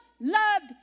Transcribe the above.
loved